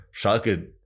Schalke